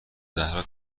زهرا